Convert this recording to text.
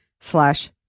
slash